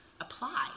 Apply